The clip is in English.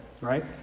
right